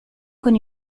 con